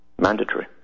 Mandatory